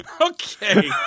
Okay